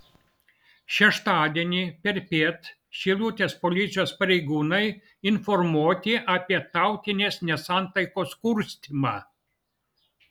šeštadienį perpiet šilutės policijos pareigūnai informuoti apie tautinės nesantaikos kurstymą